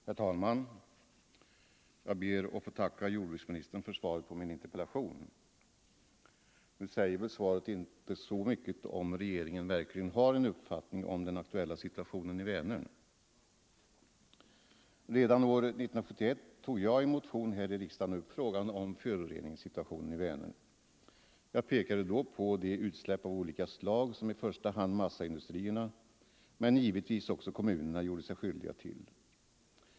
Herr talman! Jag ber att få tacka jordbruksministern för svaret på min interpellation. Svaret säger dock inte så mycket om huruvida regeringen har en uppfattning om den verkliga situationen i Vänern. Redan år 1971 tog jag i en motion här i riksdagen upp frågan om föroreningssituationen i Vänern. Jag pekade då på de utsläpp av olika slag som i första hand massaindustrierna men givetvis också kommunerna gjorde sig skyldiga till.